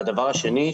הדבר השני,